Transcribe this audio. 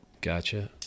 Gotcha